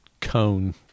cone